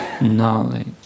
knowledge